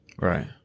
Right